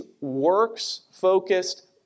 works-focused